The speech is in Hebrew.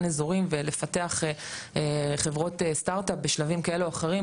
אזורים ולפתח חברות סטארט-אפ בשלבים כאלה או אחרים,